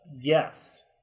Yes